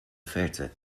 verte